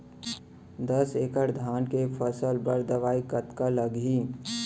दस एकड़ धान के फसल बर दवई कतका लागही?